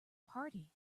party